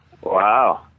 Wow